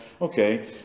okay